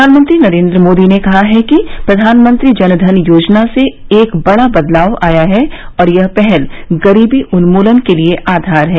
प्रधानमंत्री नरेन्द्र मोदी ने कहा है कि प्रधानमंत्री जन धन योजना से एक बड़ा बदलाव आया है और यह पहल गरीबी उन्मूलन के लिए एक आधार है